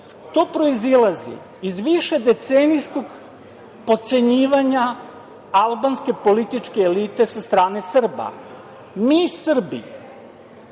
To proizilazi iz višedecenijskog potcenjivanja albanske političke elite sa strane Srba. Mi Srbi